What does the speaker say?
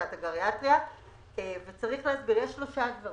אין להם מקור תקציבי, אין להם מאיפה לשלם את זה.